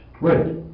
Right